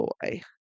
boy